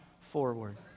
forward